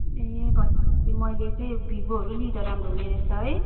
ए भनेपछि मैले चाहिँ भिभोहरू लिँदा राम्रो हुने रहेछ है